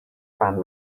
from